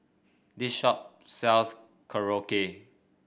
this shop sells Korokke